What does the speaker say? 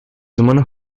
humanos